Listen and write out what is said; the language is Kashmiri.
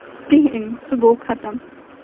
کِہینۍ سُہ گوٚو خَتم